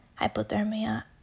hypothermia